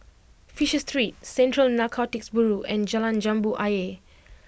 Fisher Street Central Narcotics Bureau and Jalan Jambu Ayer